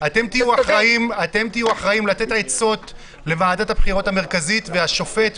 אתם תהיו אחראים לתת עצות לוועדת הבחירות המרכזית והשופט,